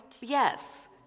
Yes